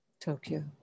Tokyo